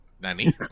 Nani